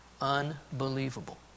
Unbelievable